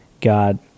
God